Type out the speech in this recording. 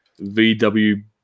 VW